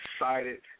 excited